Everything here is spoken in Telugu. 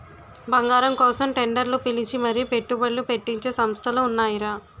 బంగారం కోసం టెండర్లు పిలిచి మరీ పెట్టుబడ్లు పెట్టించే సంస్థలు ఉన్నాయిరా